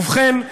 ובכן,